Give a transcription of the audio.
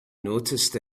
noticed